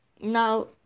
Now